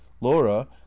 laura